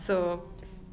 oh